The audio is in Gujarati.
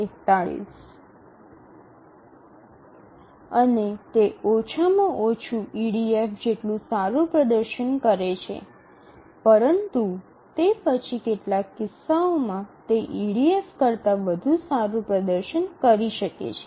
અને તે ઓછામાં ઓછું ઇડીએફ જેટલું સારું પ્રદર્શન કરે છે પરંતુ તે પછી કેટલાક કિસ્સાઓમાં તે ઇડીએફ કરતા વધુ સારું પ્રદર્શન કરી શકે છે